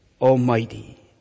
Almighty